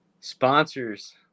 sponsors